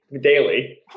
daily